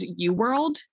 UWorld